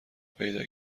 پیدا